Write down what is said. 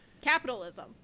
capitalism